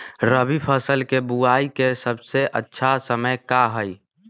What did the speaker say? रबी फसल के बुआई के सबसे अच्छा समय का हई?